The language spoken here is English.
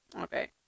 Okay